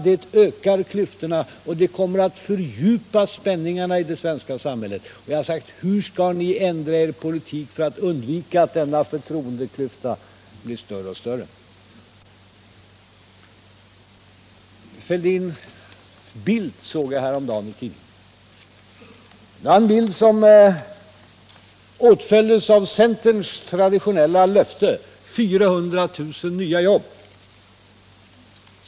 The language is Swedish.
Det ökar klyftorna, och det kommer att öka spänningarna i det svenska samhället. Min fråga kvarstår: Hur skall ni ändra er politik för att undvika att förtroendeklyftan blir större och större? Jag såg herr Fälldins bild i tidningen häromdagen. Det var en bild som åtföljdes av centerns traditionella löfte: 400 000 nya jobb.